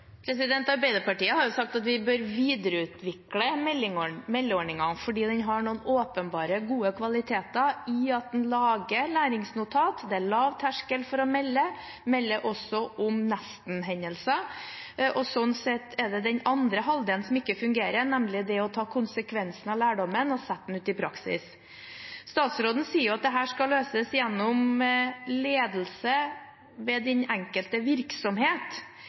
Arbeiderpartiet har sagt at vi bør videreutvikle meldeordningen fordi den har noen åpenbare, gode kvaliteter ved at den lager læringsnotat, og det er lav terskel for å melde, også om nestenhendelser. Slik sett er det den andre halvdelen som ikke fungerer, nemlig det å ta konsekvensen av lærdommen og sette den ut i praksis. Statsråden sier at dette skal løses gjennom ledelse ved den enkelte virksomhet.